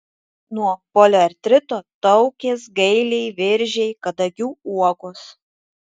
nuo poliartrito taukės gailiai viržiai kadagių uogos